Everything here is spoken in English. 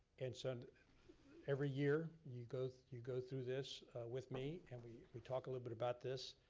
and so and every year you go you go through this with me. and we we talk a little bit about this.